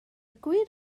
gwir